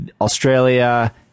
Australia